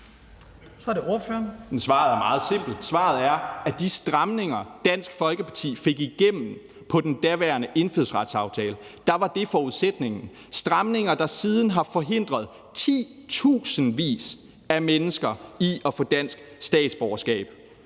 Mikkel Bjørn (DF): Svaret er meget simpelt. Svaret er, at de stramninger, Dansk Folkeparti fik igennem i den daværende indfødsretsaftale, var forudsætningen. Det er stramninger, der siden har forhindret titusindvis af mennesker i at få dansk statsborgerskab.